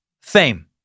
fame